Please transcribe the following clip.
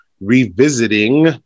revisiting